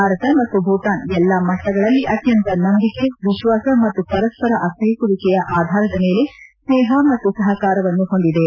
ಭಾರತ ಮತ್ತು ಭೂತಾನ್ ಎಲ್ಲಾ ಮಟ್ಟಗಳಲ್ಲಿ ಆತ್ಯಂತ ನಂಬಿಕೆ ವಿಶ್ವಾಸ ಮತ್ತು ಪರಸ್ಪರ ಅರ್ಥ್ಲೆಸುವಿಕೆಯ ಆಧಾರದ ಮೇಲೆ ಸ್ನೇಹ ಮತ್ತು ಸಹಕಾರವನ್ನು ಹೊಂದಿವೆ